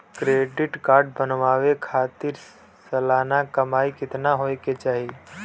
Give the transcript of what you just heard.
Credit card बनवावे खातिर सालाना कमाई कितना होए के चाही?